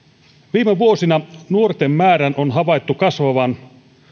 viime vuosina nuorten metsästäjien määrän on havaittu kasvavan